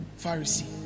Pharisee